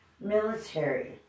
military